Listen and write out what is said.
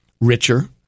richer